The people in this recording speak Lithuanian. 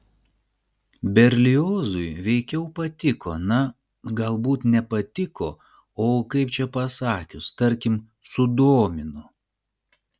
berliozui veikiau patiko na galbūt ne patiko o kaip čia pasakius tarkim sudomino